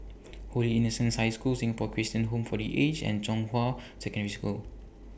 Holy Innocents' High School Singapore Christian Home For The Aged and Zhonghua Secondary School